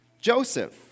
joseph